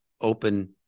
open